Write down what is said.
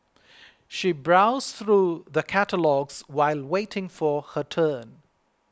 she browsed through the catalogues while waiting for her turn